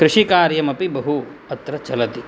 कृषिकार्यमपि बहु अत्र चलति